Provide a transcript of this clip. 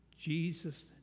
Jesus